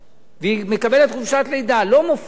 והיא מקבלת חופשת לידה, לא מופיע.